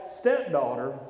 stepdaughter